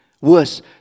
Worse